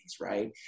right